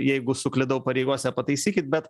jeigu suklydau pareigose pataisykit bet